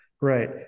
Right